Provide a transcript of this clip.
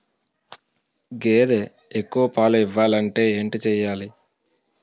గేదె ఎక్కువ పాలు ఇవ్వాలంటే ఏంటి చెయాలి?